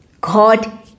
God